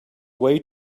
way